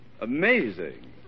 Amazing